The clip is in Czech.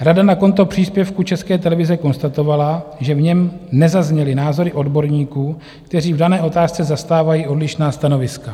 Rada na konto příspěvku České televize konstatovala, že v něm nezazněly názory odborníků, kteří v dané otázce zastávají odlišná stanoviska.